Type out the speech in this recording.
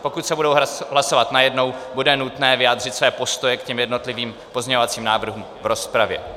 Pokud se budou hlasovat najednou, bude nutné vyjádřit své postoje k těm jednotlivým pozměňovacím návrhům v rozpravě.